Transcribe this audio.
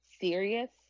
serious